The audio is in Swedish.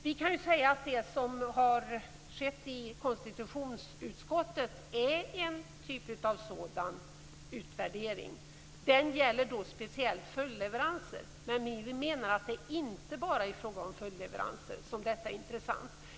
Vi kan säga att det som har skett i konstitutionsutskottet är en typ av sådan utvärdering. Den gäller speciellt följdleveranser. Men vi menar att det inte bara är i fråga om följdleveranser som detta är intressant.